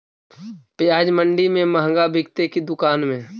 प्याज मंडि में मँहगा बिकते कि दुकान में?